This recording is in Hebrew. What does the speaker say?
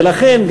ולכן,